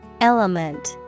Element